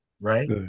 right